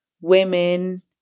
women